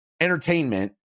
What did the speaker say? entertainment